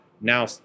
now